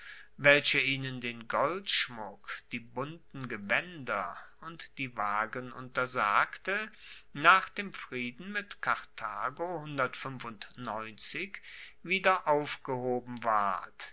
welcher ihnen den goldschmuck die bunten gewaender und die wagen untersagte nach dem frieden mit karthago wieder aufgehoben ward